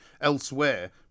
elsewhere